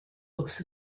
looks